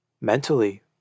Mentally